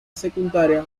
secundaria